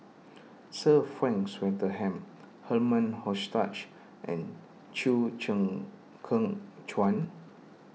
Sir Frank Swettenham Herman Hochstadt and Chew Cheng Kheng Chuan